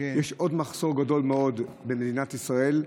יש עוד מחסור גדול מאוד במדינת ישראל,